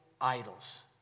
idols